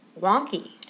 wonky